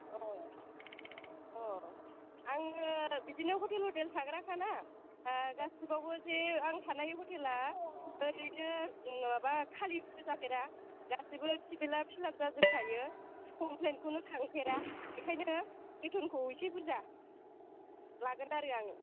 अ अ आङो बिदिनो हटेल हटेल थाग्राखाना ओ गासैआवबो जे आं थानाय हटेला ओरैनो माबा खालि जाफेरा गासैबो टेबोला फिलाप जाजोबखायो कमप्लेनखौनो थांफेरा बेनिखायनो बेथनखौ एसे बुरजा लागोन आरो आङो